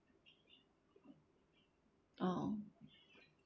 orh